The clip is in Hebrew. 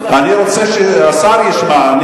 אני רוצה שהשר ישמע.